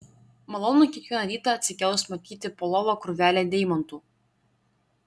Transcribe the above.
malonu kiekvieną rytą atsikėlus matyti po lova krūvelę deimantų